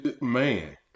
man